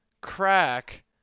crack